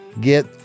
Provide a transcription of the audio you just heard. get